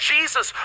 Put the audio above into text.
Jesus